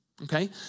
Okay